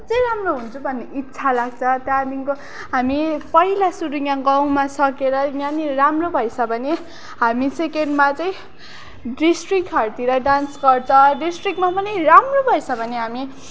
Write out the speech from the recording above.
अझै राम्रो हुन्छु भन्ने इच्छा लाग्छ त्यहाँदेखिको हामी पहिला सुरु यहाँ गाउँमा सकेर यहाँनिर राम्रो भएछ भने हामी सेकेन्डमा चाहिँ डिस्ट्रिक्टहरूतिर डान्स गर्छ डिस्ट्रिक्टमा पनि राम्रो भएछ भने हामी